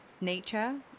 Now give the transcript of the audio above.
nature